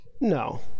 No